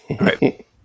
Right